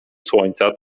słońca